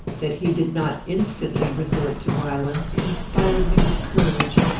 that he did not instantly resort to violence inspired me with courage,